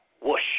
Whoosh